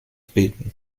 beten